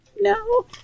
no